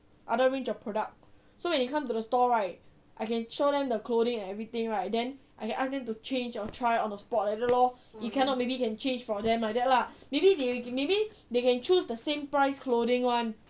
other range of product so when you come to the store right I can show them the clothing and everything right then I can ask them to change or try on the spot like that lor if cannot maybe can change for them like that lah maybe they maybe they can choose the same price clothing [one]